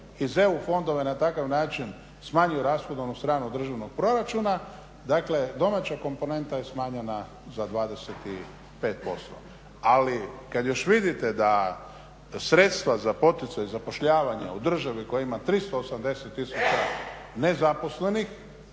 iz EU fondova na takav način, smanjuje rashodovnu stranu državnog proračuna, dakle domaća komponenta je smanjena za 25%. Ali kada još vidite da sredstva za poticaj i zapošljavanje u državi koja ima 380 tisuća nezaposlenih